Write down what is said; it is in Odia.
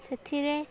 ସେଥିରେ